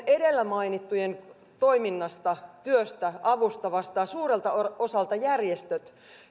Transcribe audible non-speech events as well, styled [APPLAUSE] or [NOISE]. [UNINTELLIGIBLE] edellä mainittujen toiminnasta työstä avusta vastaavat suurelta osalta järjestöt